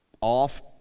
off